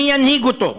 מי ינהיג אותו.